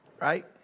Right